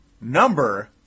number